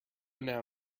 now